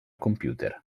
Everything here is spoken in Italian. computer